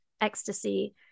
Ecstasy